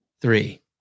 three